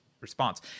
response